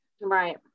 right